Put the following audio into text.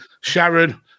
Sharon